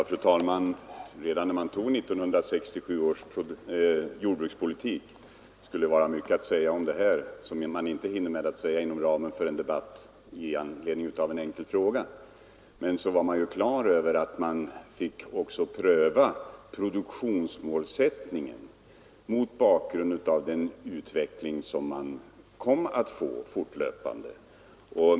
Fru talman! Det skulle vara mycket att säga om de förhållanden som rådde när riksdagen fattade 1967 års beslut om jordbrukspolitiken, men det hinner man inte säga inom ramen för en debatt som föranletts av en enkel fråga. När det beslutet fattades var man emellertid på det klara med att man skulle få pröva produktionsmålsättningen mot bakgrund av den fortlöpande utvecklingen.